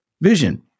vision